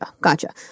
gotcha